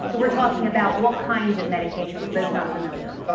so we're talking about what kinds of medication? for those not familiar.